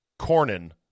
Cornyn